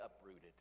uprooted